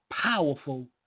powerful